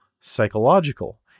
psychological